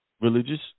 religious